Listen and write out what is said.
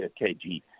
KG